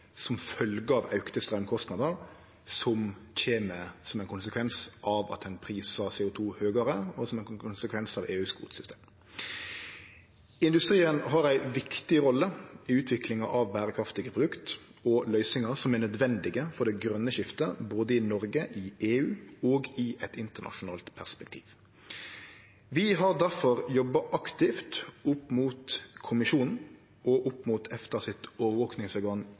som følgje av auka straumkostnader som kjem som ein konsekvens av at ein prisar CO 2 høgare, og som ein konsekvens av EUs kvotesystem. Industrien har ei viktig rolle i utviklinga av berekraftige produkt og løysingar som er nødvendige for det grøne skiftet, både i Noreg, i EU og i eit internasjonalt perspektiv. Vi har difor jobba aktivt opp mot Kommisjonen og opp mot EFTAs overvakingsorgan